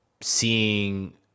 Seeing